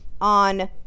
on